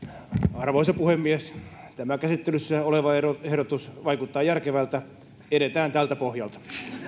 arvoisa puhemies tämä käsittelyssä oleva ehdotus vaikuttaa järkevältä edetään tältä pohjalta